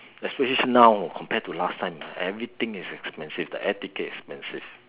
especially now compared to last time everything is expensive the air ticket is expensive